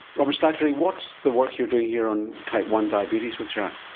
robyn slattery what's the work you're doing here on type one diabetes with jacques?